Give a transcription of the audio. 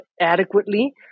adequately